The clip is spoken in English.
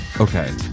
Okay